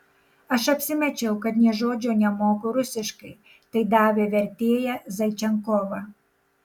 aš apsimečiau kad nė žodžio nemoku rusiškai tai davė vertėją zaičenkovą